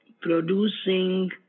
producing